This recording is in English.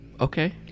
Okay